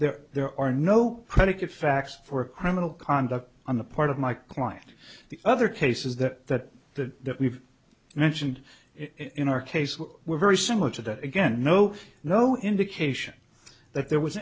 there there are no predicate facts for criminal conduct on the part of my client the other cases that that that we've mentioned in our case were very similar to that again no no indication that there was